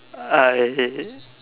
I